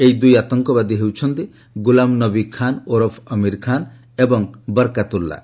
ଏହି ଦୁଇ ଆତଙ୍କବାଦୀ ହେଉଛନ୍ତି ଗୁଲାମ ନବୀ ଖାନ୍ ଓରଫ୍ ଅମୀର ଖାନ୍ ଏବଂ ବର୍କାତୁଲ୍ଲା